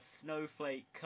snowflake